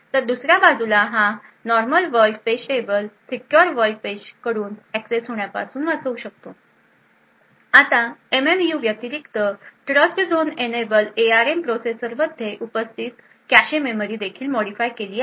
तर दुसर्या बाजूला हा normal world page table secure world page कडून एक्सेस होण्यापासून वाचवू शकतो आता एमएमयू व्यतिरिक्त ट्रस्टझोन इनएबल एआरएम प्रोसेसरमध्ये उपस्थित कॅशे मेमरी देखील मॉडीफाय केली आहे